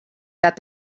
that